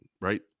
right